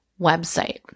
website